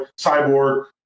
Cyborg